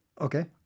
Okay